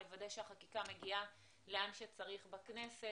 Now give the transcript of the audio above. לוודא שהחקיקה מגיעה לאן שצריך בכנסת,